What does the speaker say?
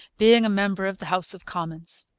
being a member of the house of commons.